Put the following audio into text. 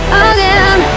again